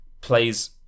plays